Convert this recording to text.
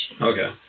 Okay